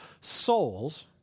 souls